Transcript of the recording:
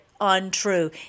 untrue